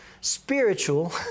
spiritual